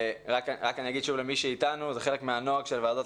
אני רק אומר למי שאיתנו שזה חלק מנוהג של ועדות